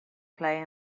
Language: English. play